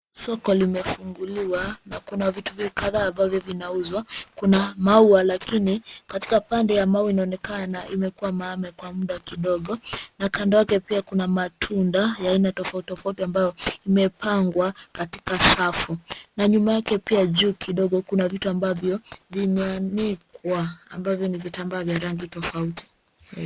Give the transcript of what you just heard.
Soko limefunguliwa na kuna vitu kadhaa bado zinauzwa. Kuna maua lakini katika pande ya maua inaonekana imekua maame kwa muda kidogo. Na kando yake pia kuna matunda ya aina tofauti tofauti ambao imepangwa katika safu. Na nyuma yake pia juu kidogo kuna vitu ambavyo vimeanikwa ambazo ni vitambaa vya rangi tofauti.